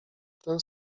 ten